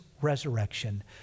resurrection